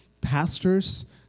pastors